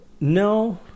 no